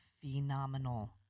phenomenal